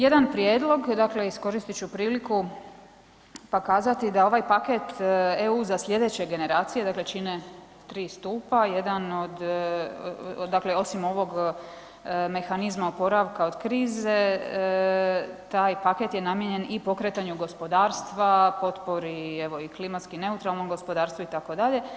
Jedan prijedlog, dakle iskoristit ću priliku pa kazati da ovaj paket EU za slijedeće generacija dakle čine 3 stupa, jedan od, dakle osim ovog mehanizma oporavka od krize taj paket je namijenjen i pokretanju gospodarstva, potpori, evo i klimatski neutralnom gospodarstvu itd.